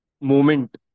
moment